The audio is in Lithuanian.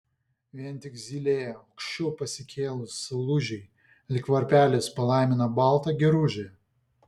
vien tik zylė aukščiau pasikėlus saulužei lyg varpelis palaimina baltą giružę